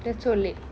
that's so lame